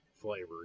flavor